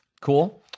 Cool